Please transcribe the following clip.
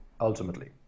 ultimately